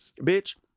Bitch